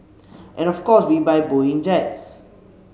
and of course we buy Boeing jets